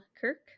Kirk